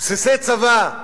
בסיסי צבא.